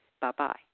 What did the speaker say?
Bye-bye